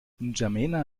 n’djamena